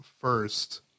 first